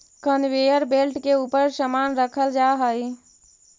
conveyor belt के ऊपर समान रखल जा हई